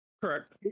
Correct